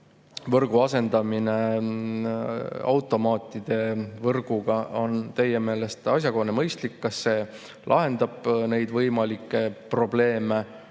võrgu asendamine automaatide võrguga on teie meelest asjakohane ja mõistlik? Kas see lahendab need võimalikud probleemid